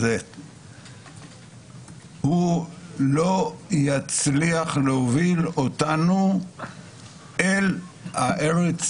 לא יצליח להוביל אותנו אל הארץ